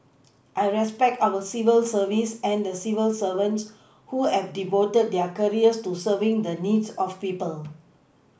I respect our civil service and the civil servants who have devoted their careers to serving the needs of people